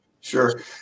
Sure